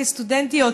כסטודנטיות,